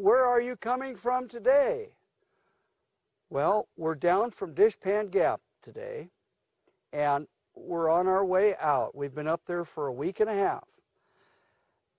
we're are you coming from today well we're down from dish pan today and we're on our way out we've been up there for a week and a half